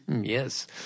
Yes